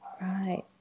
Right